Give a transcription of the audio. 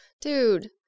dude